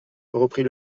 reprit